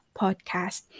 podcast